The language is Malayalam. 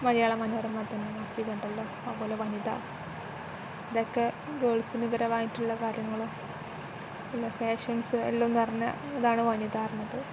മലയാള മനോരമ തന്നെ മാസിക ഉണ്ടല്ലോ അതുപോലെ വനിത ഇതൊക്കെ ഗേൾസ് പരമായിട്ടുള്ള കാര്യങ്ങളും പിന്നെ ഫാഷൻസ് എല്ലാം നിറഞ്ഞ ഇതാണ് വനിത പറയുന്നത്